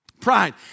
Pride